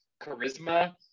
charisma